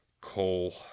coal